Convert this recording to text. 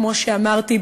כמו שאמרתי,